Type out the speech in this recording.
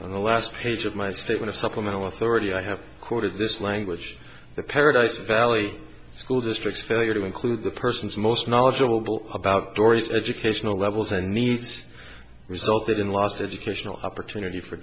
in the last page of my statement of supplemental authority i have quoted this language the paradise valley school district failure to include the persons most knowledgeable about tori's educational levels and needs resulted in lost educational opportunity for